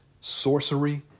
sorcery